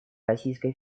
российской